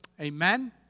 Amen